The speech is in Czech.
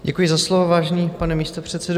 Děkuji za slovo, vážený pane místopředsedo.